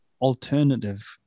alternative